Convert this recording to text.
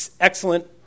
excellent